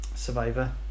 Survivor